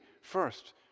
first